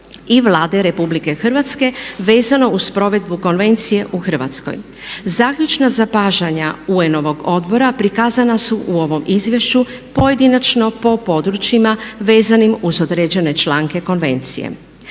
i Vlade RH vezano uz provedbu konvencije u Hrvatskoj. Zaključna zapažanja UN-ovog odbora prikazana su u ovom izvješću pojedinačno po područjima vezanim uz određene članke Konvencije.